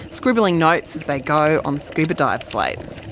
scribbling notes as they go on scuba dive slates.